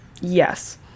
yes